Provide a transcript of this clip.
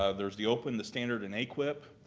ah there's the open, the standard and aquip.